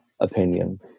opinion